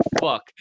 fuck